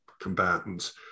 combatants